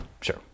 Sure